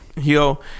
Yo